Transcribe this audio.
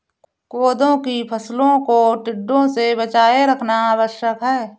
कोदो की फसलों को टिड्डों से बचाए रखना आवश्यक है